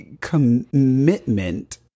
commitment